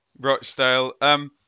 Rochdale